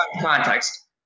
context